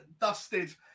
dusted